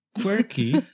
quirky